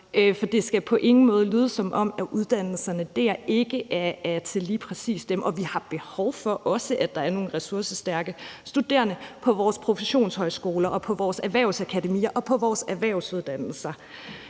For det skal på ingen måde lyde, som om uddannelserne dér ikke er til lige præcis dem. Og vi har behov for, at der også er nogle ressourcestærke studerende på vores professionshøjskoler og på vores erhvervsakademier og på vores erhvervsuddannelser.